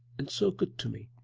and so good to me.